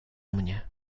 mnie